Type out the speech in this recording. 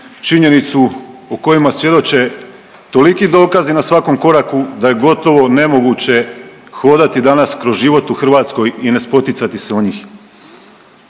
činjenicu o kojima svjedoče toliki dokazi na svakom koraku da je gotovo nemoguće hodati danas kroz život u Hrvatskoj i ne spoticati se o njih.